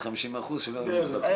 מוצדקות.